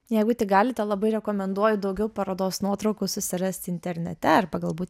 jeigu tik galite labai rekomenduoju daugiau parodos nuotraukų susirasti internete arba galbūt